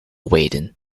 wading